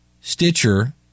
Stitcher